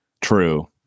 true